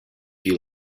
you